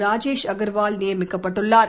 ராஜேஷ் அகர்வால் நியமிக்கப்பட்டுள்ளார்